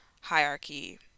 hierarchy